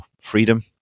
freedom